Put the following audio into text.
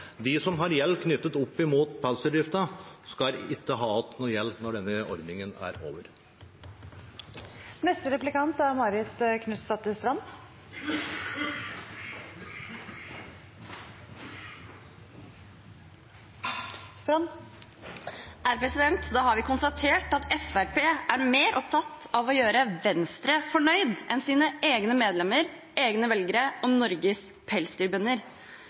De som har gjeld knyttet opp mot pelsdyrdriften, skal ikke ha igjen noe gjeld når denne ordningen er over. Da har vi konstatert at Fremskrittspartiet er mer opptatt av å gjøre Venstre fornøyd enn av å gjøre sine egne medlemmer, egne velgere og Norges pelsdyrbønder